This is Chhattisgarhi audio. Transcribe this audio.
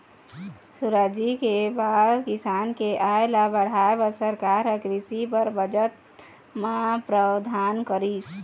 सुराजी के बाद किसान के आय ल बढ़ाय बर सरकार ह कृषि बर बजट म प्रावधान करिस